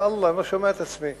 אני לא שומע את עצמי,